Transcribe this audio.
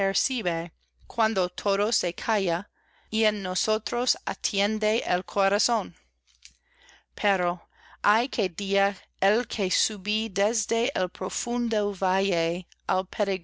apercibe cuando todo se calla y en nosotros atiende el corazón pero ay qué día el que subí desde el profundo